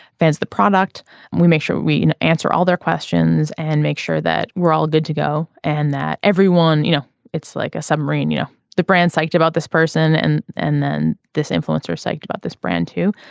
fans the product and we make sure we can answer all their questions and make sure that we're all good to go and that everyone you know it's like a submarine you know the brand psyched about this person and and then this influencer psyched about this brand too.